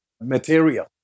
material